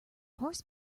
horse